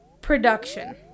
production